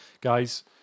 guys